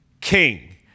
King